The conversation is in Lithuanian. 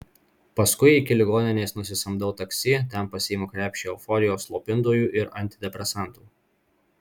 paskui iki ligoninės nusisamdau taksi ten pasiimu krepšį euforijos slopintojų ir antidepresantų